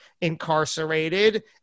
incarcerated